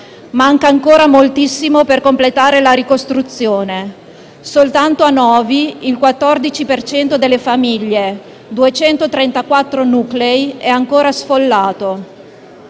Manca ancora moltissimo per completare la ricostruzione. Soltanto a Novi il 14 per cento delle famiglie, 234 nuclei, è ancora sfollato.